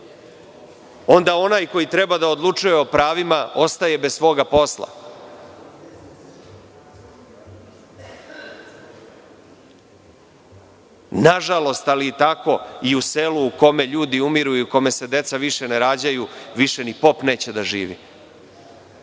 onda onaj koji treba da odlučuje o pravima ostaje bez svoga posla. Nažalost, ali je tako i u selu u kome ljudi umiru i u kome se deca više ne rađaju, više ni pop neće da živi,